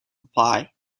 reply